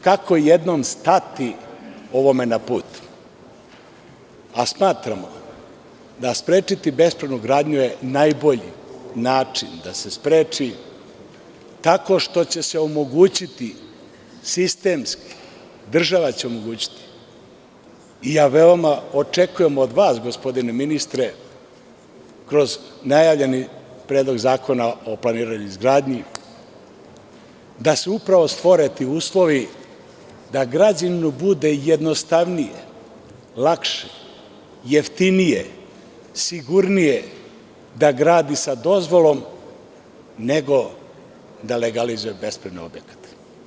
Kako jednom stati ovome na put, a smatramo da sprečiti bespravnu gradnju je najbolji način da se spreči tako što će se omogućiti sistemski, država će omogućiti i veoma očekujem od vas gospodine ministre, kroz najavljeni Predlog zakona o planiranju izgradnji, da se upravo stvore ti uslovi, da građaninu bude jednostavnije, lakše, jeftinije, sigurnije da gradi sa dozvolom nego da legalizuje bespravan objekat.